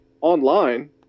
online